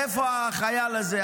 מאיפה החייל הזה,